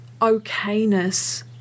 okayness